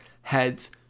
heads